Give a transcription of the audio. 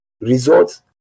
results